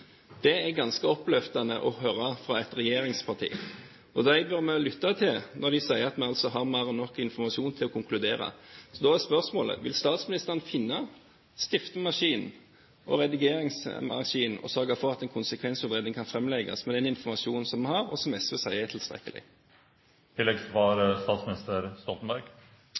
Det er ganske oppløftende å høre fra et regjeringsparti. Dem bør vi lytte til når de sier at vi altså har mer enn nok informasjon til å konkludere. Da er spørsmålet: Vil statsministeren finne stiftemaskin og redigeringsmaskin og sørge for at en konsekvensutredning kan framlegges med den informasjonen vi har, og som SV sier er tilstrekkelig?